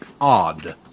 odd